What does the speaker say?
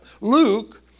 Luke